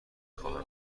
خواهم